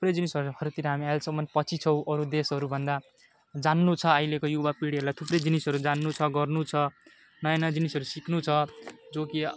थुप्रै जिनिसहरू हरूतिर हामी अहिलेसम्म पछि छौँ अरू देशहरूभन्दा जान्नु छ आहिलेको युवा पिँढीहरूलाई थुप्रै जिनिसहरू जान्नु छ गर्नु छ नयाँ नयाँ जिनिसहरू सिक्नु छ जो कि